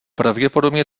pravděpodobně